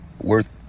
worth